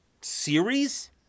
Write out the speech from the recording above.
series